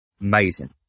Amazing